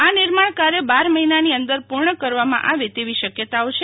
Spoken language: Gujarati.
આ નિર્માણ કાર્ય બાર મહિનાની અંદર પૂર્ણ કરવામાં આવે તેવી શક્યતાઓ છે